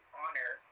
honor